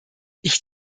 ich